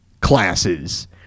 classes